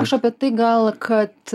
aš apie tai gal kad